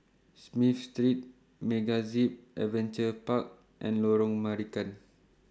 Smith Street MegaZip Adventure Park and Lorong Marican